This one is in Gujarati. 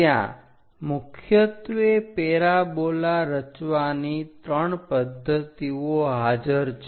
ત્યાં મુખ્યત્વે પેરાબોલા રચવાની ત્રણ પદ્ધતિઓ હાજર છે